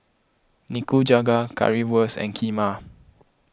Nikujaga Currywurst and Kheema